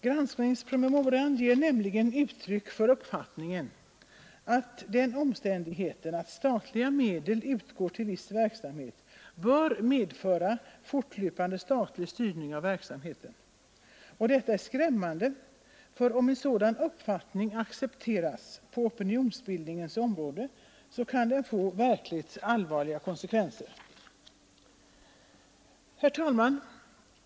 Granskningspromemorian ger nämligen uttryck för uppfattningen, att den omständigheten att statliga medel utgår till viss verksamhet bör medföra fortlöpande statlig styrning av verksamheten. Detta är skrämmande, ty om en sådan uppfattning accepteras på opinionsbildningens område, så kan den få verkligt allvarliga konsekvenser. Herr talman!